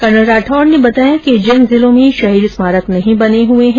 colonel Rathore ने बताया कि जिन जिलों में शहीद स्मारक नहीं बने हुए हैं